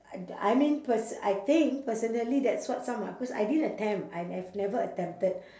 I I mean perso~ I think personally that's what some are cause I didn't attempt I have never attempted